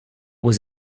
was